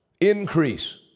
increase